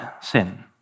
sin